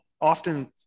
often